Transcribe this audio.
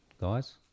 guys